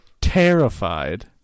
terrified